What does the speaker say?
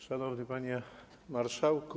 Szanowny Panie Marszałku!